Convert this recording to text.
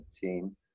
team